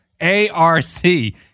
A-R-C